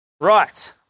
Right